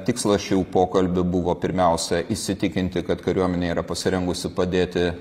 tikslas šių pokalbių buvo pirmiausia įsitikinti kad kariuomenė yra pasirengusi padėti